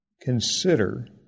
consider